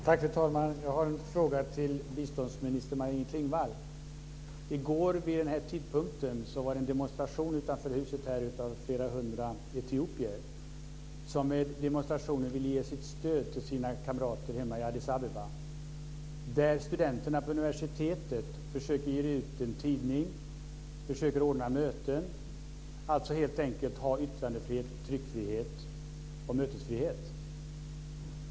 Fru talman! Jag har en fråga till biståndsminister I går vid den här tidpunkten var det en demonstration utanför huset här av flera hundra etiopier. Med demonstrationen ville de ge sitt stöd till sina kamrater hemma i Addis Abeba, där studenterna på universitetet försöker ge ut en tidning och ordna möten. De försöker alltså helt enkelt få yttrandefrihet, tryckfrihet och mötesfrihet.